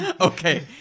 Okay